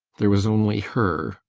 there was only her.